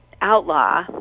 outlaw